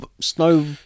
Snow